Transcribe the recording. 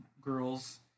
girls